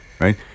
right